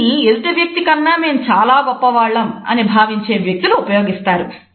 దీన్ని ఎదుటి వ్యక్తి కన్నా మేము చాలా గొప్ప వాళ్ళం అని భావించే వ్యక్తులు ఉపయోగిస్తారు